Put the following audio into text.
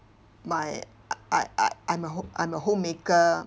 my I I I'm a ho~ I'm a homemaker